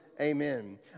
Amen